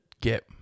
get